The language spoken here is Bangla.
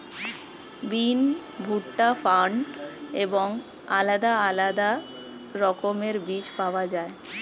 বিন, ভুট্টা, ফার্ন এবং আলাদা আলাদা রকমের বীজ পাওয়া যায়